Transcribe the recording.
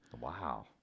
Wow